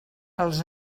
els